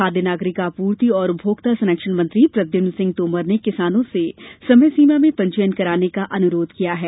खाद्य नागरिक आपूर्ति और उपभोक्ता संरक्षण मंत्री प्रद्युम्न सिंह तोमर ने किसानों से समय सीमा में पंजीयन कराने का अनुरोध किया है